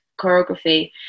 choreography